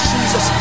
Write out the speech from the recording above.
Jesus